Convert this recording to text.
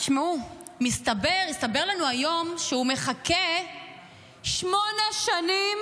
תשמעו, הסתבר לנו היום שהוא מחכה שמונה שנים